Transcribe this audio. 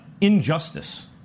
injustice